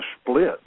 split